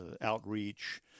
outreach